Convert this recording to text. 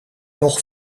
nog